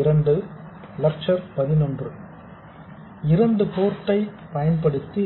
இரண்டு போர்ட் பயன்படுத்தி